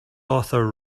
author